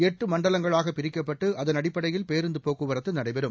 எட்டு மண்டலங்களாக பிரிக்கப்பட்டு அதன் அடிப்படையில் பேருந்து போக்குவரத்து நடைபெறும்